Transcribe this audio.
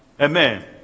Amen